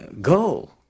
goal